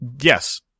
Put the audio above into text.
Yes